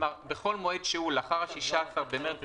כלומר בכל מועד שהוא לאחר 16 במרץ 2020,